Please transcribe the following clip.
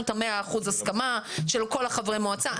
את ה-100 אחוזים הסכמה של כל חברי המועצה.